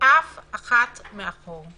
אף אחת מאחור.